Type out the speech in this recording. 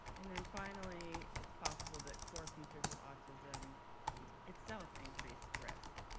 and then finally, it's possible that core features of autism itself increase risk,